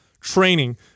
training